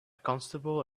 constable